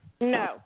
No